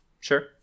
Sure